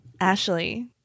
Ashley